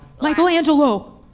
Michelangelo